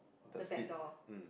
the back door